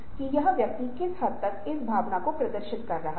और एक अवधि के दौरान बलों का संतुलन हो सकता है